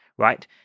right